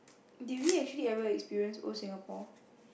did we actually ever experience old Singapore